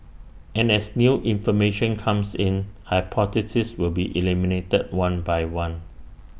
and as new information comes in hypotheses will be eliminated one by one